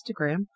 Instagram